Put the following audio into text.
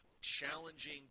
challenging